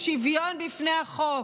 הוא שוויון בפני החוק,